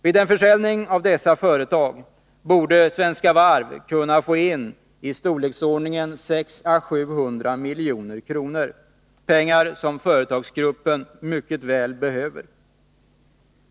Vid en försäljning av dessa företag borde Svenska Varv kunna få in istorleksordningen 600-700 milj.kr. — pengar som företagsgruppen mycket väl behöver.